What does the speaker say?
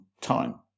time